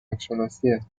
نشناسیه